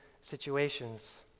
situations